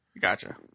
Gotcha